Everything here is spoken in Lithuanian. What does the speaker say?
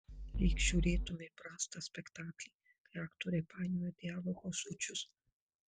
lyg žiūrėtumei prastą spektaklį kai aktoriai painioja dialogo žodžius